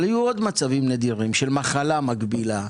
אבל היו עוד מצבים נדירים של מחלה מגבילה,